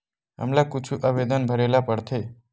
हमला कुछु आवेदन भरेला पढ़थे?